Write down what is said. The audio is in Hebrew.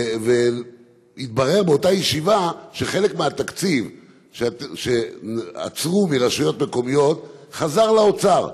התברר באותה ישיבה שחלק מהתקציב שעצרו מרשויות מקומיות חזר לאוצר,